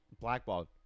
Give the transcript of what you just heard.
blackballed